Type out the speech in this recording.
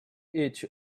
each